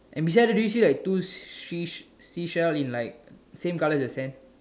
and beside her do you see like the two sea seashell in like same color as the sand